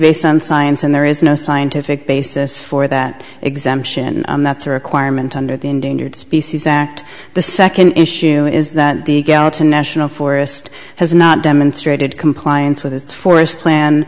based on science and there is no scientific basis for that exemption that's a requirement under the endangered species act the second issue is that the gallatin national forest has not demonstrated compliance with its forest plan